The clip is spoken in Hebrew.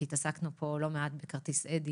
כי התעסקנו פה לא מעט בכרטיס אדי